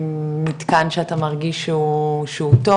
מתקן שאתה מרגיש שהוא טוב?